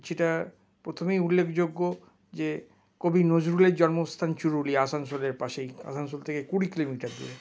যেটা প্রথমেই উল্লেখযোগ্য যে কবি নজরুলের জন্মস্থান চুরুলিয়া আসানসোলের পাশেই আসানসোল থেকে কুড়ি কিলোমিটার দূরে